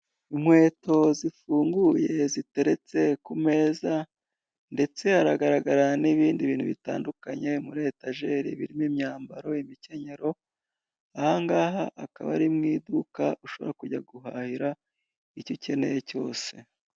Inkweto zifunguye ziteretse ku meza ndetse haragaragra n'ibindi bintu bitandukanye muri etajeri birimo imyambaro, imikenyero ahangaha akaba ari mu iduka ushobora kujya guhahira icyo ukeneye cyose.